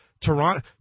Toronto –